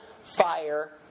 fire